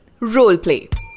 Roleplay